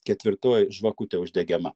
ketvirtoji žvakutė uždegema